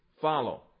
follow